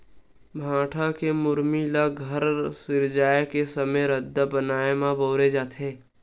भाठा के मुरमी ल घर सिरजाए के समे रद्दा बनाए म बउरे जाथे